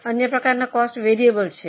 અન્ય પ્રકારનાં cost variable છે